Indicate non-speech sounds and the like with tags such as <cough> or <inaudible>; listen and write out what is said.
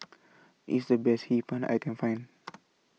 IS The Best Hee Pan I Can Find <noise>